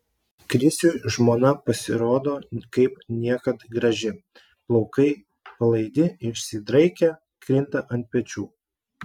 krisiui žmona pasirodo kaip niekad graži plaukai palaidi išsidraikę krinta ant pečių